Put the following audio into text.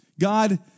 God